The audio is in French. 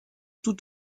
tout